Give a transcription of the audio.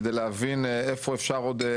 כדי להבין איפה אפשר עוד,